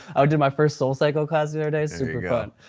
i did my first soul cycle class yesterday, super fun.